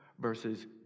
versus